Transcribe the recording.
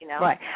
Right